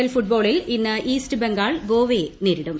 L ഫുട്ബോളിൽ ഇന്ന് East Bengal ഗോവയെ നേരിടും